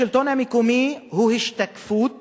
השלטון המקומי הוא השתקפות